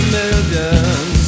millions